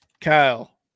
Kyle